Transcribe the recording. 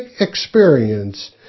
experience